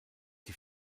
die